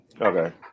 Okay